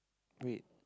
wait